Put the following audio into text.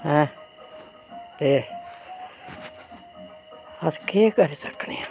ऐं ते अस केह् करी सकने आं